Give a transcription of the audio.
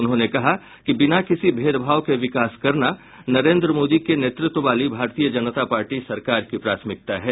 उन्होंने कहा कि बिना किसी भेदभाव के विकास करना नरेंद्र मोदी के नेतृत्व वाली भारतीय जनता पार्टी सरकार की प्राथमिकता है